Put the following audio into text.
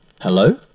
hello